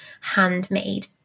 handmade